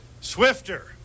Swifter